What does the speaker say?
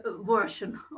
version